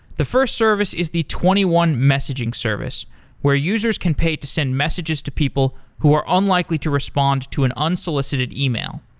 the first service is the twenty one messaging services where users can pay to send messages to people who are unlikely to respond to an unsolicited email.